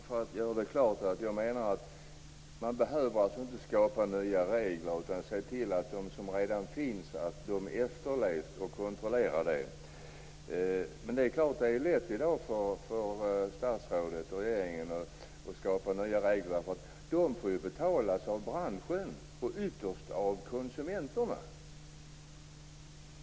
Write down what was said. Fru talman! Jag vill klargöra att jag menar att man inte behöver skapa nya regler. Man måste se till att de som redan finns efterlevs, och man måste kontrollera det. Det är klart att det är lätt för statsrådet och regeringen att skapa nya regler. De får ju betalas av branschen, och ytterst av konsumenterna.